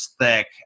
thick